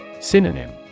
Synonym